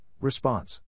Response